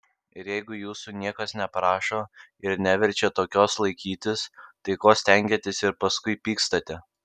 ir jeigu jūsų niekas neprašo ir neverčia tokios laikytis tai ko stengiatės ir paskui pykstate